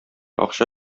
акча